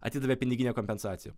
atidavė piniginę kompensaciją